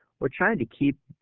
we're trying to keep.